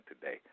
today